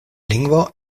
lingvo